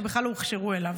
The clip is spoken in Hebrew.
שהן בכלל לא הוכשרו אליו?